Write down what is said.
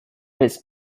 its